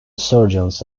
surgeons